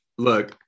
look